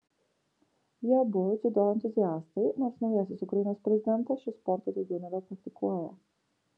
jie abu dziudo entuziastai nors naujasis ukrainos prezidentas šio sporto daugiau nebepraktikuoja